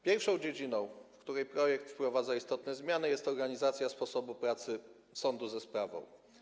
Pierwszą dziedziną, w której projekt wprowadza istotne zmiany, jest organizacja sposobu pracy sądu ze sprawą.